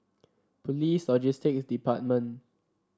Police Logistics Department